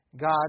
God